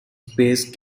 space